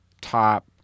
top